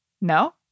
No